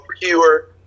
pure